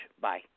Bye